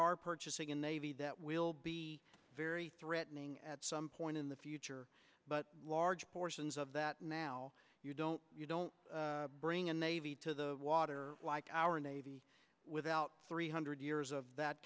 are purchasing a navy that will be very threatening at some point in the future but large portions of that now you don't you don't bring a navy to the water like our navy without three hundred years of that